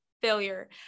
failure